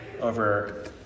over